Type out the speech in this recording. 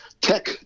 tech